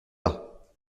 pas